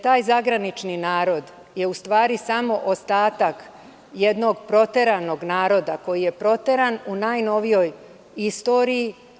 Taj zagranični narod je u stvari samo ostatak jednog proteranog naroda, koji je proteran u najnovijoj istoriji.